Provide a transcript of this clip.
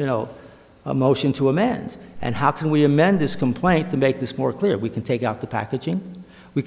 you know a motion to a man's and how can we amend this complaint to make this more clear we can take out the packaging we